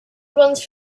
runs